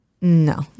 No